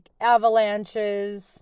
avalanches